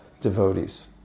devotees